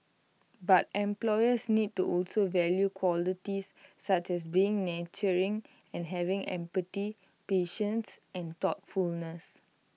but employers need to also value qualities such as being nurturing and having empathy patience and thoughtfulness